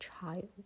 child